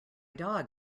dog